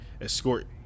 escort